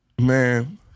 Man